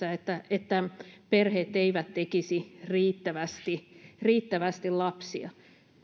on vähenemässä ja että perheet eivät tekisi riittävästi riittävästi lapsia